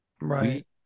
right